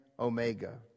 Omega